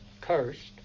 cursed